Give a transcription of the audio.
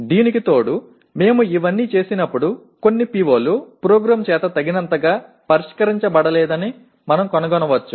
దీనికి తోడు మేము ఇవన్నీ చేసినప్పుడు కొన్ని PO లు ప్రోగ్రామ్ చేత తగినంతగా పరిష్కరించబడలేదని మనం కనుగొనవచ్చు